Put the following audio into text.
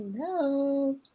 Hello